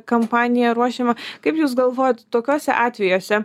kampaniją ruošiamą kaip jūs galvojat tokiuose atvejuose